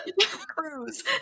cruise